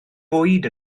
bwyd